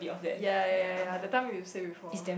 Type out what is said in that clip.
ya ya ya ya that time you say before